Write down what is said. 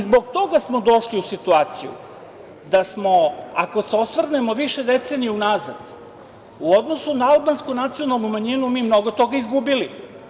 Zbog toga smo došli u situaciju da smo, ako se osvrnemo više decenija unazad, u odnosu na albansku nacionalnu manjinu mi smo mnogo toga izgubili.